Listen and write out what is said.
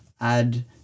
add